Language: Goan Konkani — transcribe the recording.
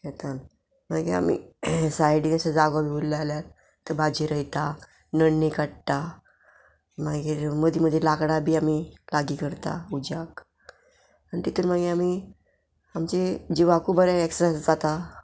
शेतान मागीर आमी सायडीन अशें जागो बी उरले जाल्यार थंय भाजी रोयता नण्णी काडटा मागीर मदीं मदीं लाकडां बी आमी लागीं करता उज्याक आनी तितून मागीर आमी आमचे जिवाकूय बरें एक्ससायज जाता